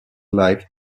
life